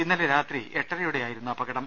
ഇന്നലെരാത്രി എട്ടരയോടെയായിരുന്നു അപകടം